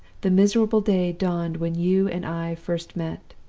the miserable day dawned when you and i first met.